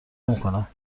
نمیکنم